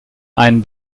einen